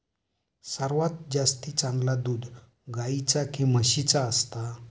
सर्वात जास्ती चांगला दूध गाईचा की म्हशीचा असता?